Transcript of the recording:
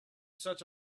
such